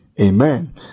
Amen